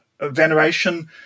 veneration